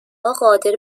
قادر